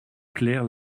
claire